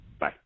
Bye